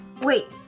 wait